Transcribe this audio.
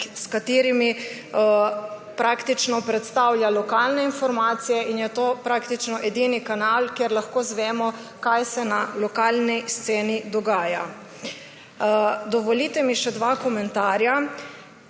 s katerimi praktično predstavlja lokalne informacije, in je to praktično edini kanal, kjer lahko zvemo, kaj se na lokalni sceni dogaja. Dovolite mi še dva komentarja.